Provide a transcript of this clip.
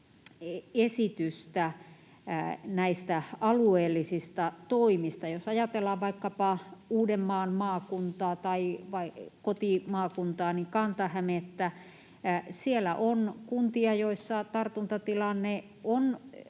esitystä näistä alueellisista toimista. Jos ajatellaan vaikkapa Uudenmaan maakuntaa tai kotimaakuntaani Kanta-Hämettä, niin siellä on kuntia, joissa tartuntatilanne on